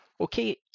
Okay